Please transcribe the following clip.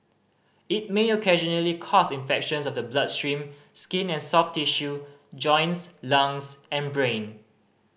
it may occasionally cause infections of the bloodstream skin and soft tissue joints lungs and brain